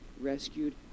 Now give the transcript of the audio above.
rescued